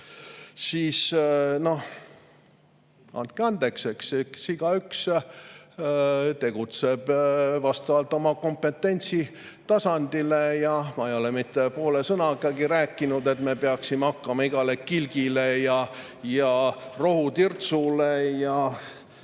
siis andke andeks, eks igaüks tegutseb vastavalt oma kompetentsi tasemele. Ma ei ole poole sõnagagi rääkinud, et me peaksime hakkama igale kilgile ja rohutirtsule ja